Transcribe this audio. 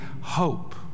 hope